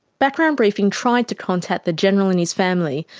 background briefing tried to contact the general and his family,